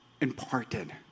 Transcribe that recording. imparted